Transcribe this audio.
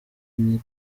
nti